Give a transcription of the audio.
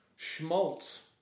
Schmaltz